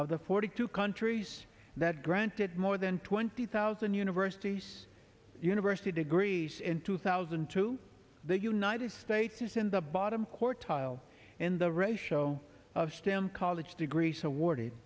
of the forty two countries that granted more than twenty thousand universities university degrees in two thousand to the united states is in the bottom court tile in the ratio of stem college degrees awarded